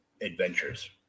adventures